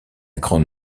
grande